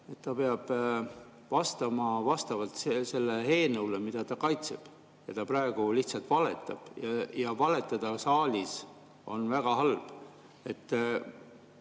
ta peab vastama vastavalt sellele eelnõule, mida ta kaitseb. Ta praegu lihtsalt valetab ja valetada saalis on väga halb.